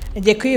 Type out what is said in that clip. Děkuji.